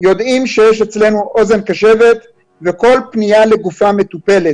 יודעים שיש אצלנו אוזן קשבת וכל פנייה מטופלת לגופה.